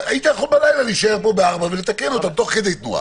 היית יכול בלילה להישאר פה ב-04:00 ולתקן אותם תוך כדי תנועה.